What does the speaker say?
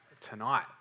tonight